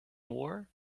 war